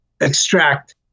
extract